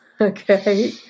Okay